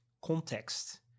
context